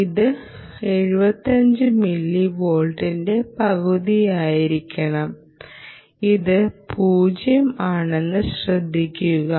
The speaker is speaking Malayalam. ഇത് 75 മില്ലിവോൾട്ടിന്റെ പകുതിയായിരിക്കണം ഇത് 0 ആണെന്നത് ശ്രദ്ധിക്കുക